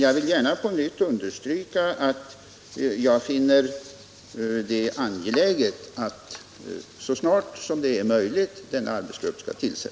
Jag vill dock på nytt understryka att jag finner det angeläget att denna arbetsgrupp tillsätts så snart som det är möjligt.